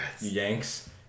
yanks